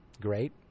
Great